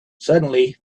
suddenly